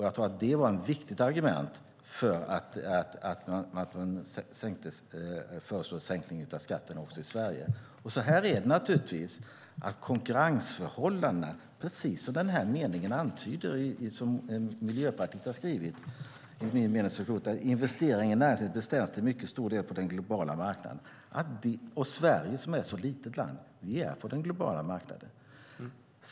Jag tror att det var ett viktigt argument för att man föreslog en sänkning av skatten också i Sverige. Så är det naturligtvis. Det handlar om konkurrensförhållandena. Det är precis som antyds i den mening som Miljöpartiet har skrivit: Investeringar i näringslivet bestäms till mycket stor del på den globala marknaden. Sverige som är ett litet land är på den globala marknaden.